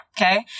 okay